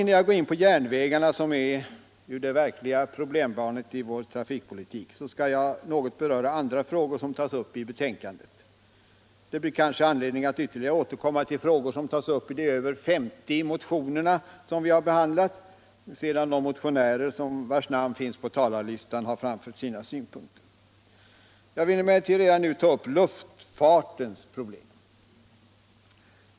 Innan jag går in på frågan om järnvägarna, som är det verkliga problembarnet i vår trafikpolitik, skall jag något beröra andra problem som tas upp i betänkandet. Det blir kanske anledning att ytterligare återkomma till frågor som tas upp i de över 50 motioner som behandlas i betänkandet, sedan de motionärer vilkas namn finns på talarlistan har framfört sina synpunkter. Jag vill emellertid redan nu ta upp luftfartens problem.